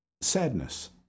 sadness